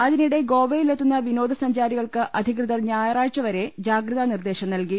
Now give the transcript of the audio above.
അതിനിടെ ഗോവയിലെത്തുന്ന വിനോദസഞ്ചാരികൾക്ക് അധികൃതർ ഞായറാഴ്ച വരെ ജാഗ്രതാ നിർദേശം നൽകി